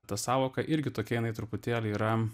ta sąvoka irgi tokia jinai truputėlį yra